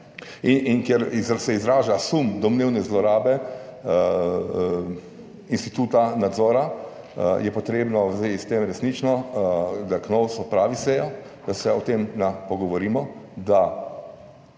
in ker se izraža sum domnevne zlorabe instituta nadzora, je potrebno v zvezi s tem resnično, da KNOVS opravi sejo, da se o tem pogovorimo, da